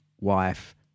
wife